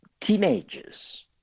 Teenagers